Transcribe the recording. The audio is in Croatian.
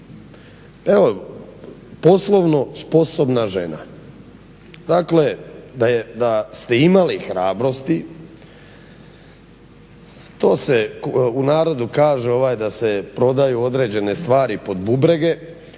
poslovno sposobno žena, dakle da ste imali hrabrosti, to se u narodu kaže da se prodaju određene stvari pod bubrege